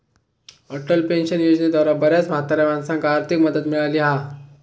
Atal pension योजनेद्वारा बऱ्याच म्हाताऱ्या माणसांका आर्थिक मदत मिळाली हा